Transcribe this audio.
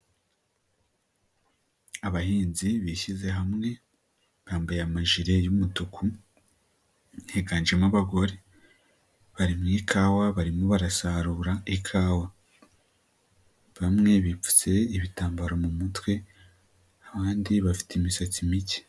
Abahinzi bishyize hamwe, bambaye amajire y'umutuku, higanjemo abagore, bari mu ikawa barimo barasarura ikawa. Bamwe bipfu ibitambaro mu mutwe, abandi bafite imisatsi mike.